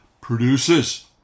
produces